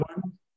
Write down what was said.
one